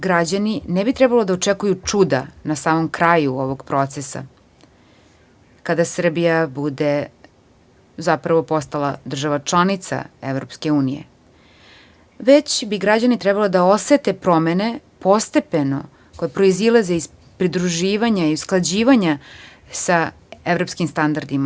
Građani ne bi trebalo da očekuju čuda na samom kraju ovog procesa kada Srbija bude zapravo postala država članica EU, već bi građani trebalo da osete promene postepeno koje proizilaze iz pridruživanja i usklađivanja sa evropskim standardima.